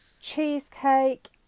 cheesecake